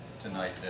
tonight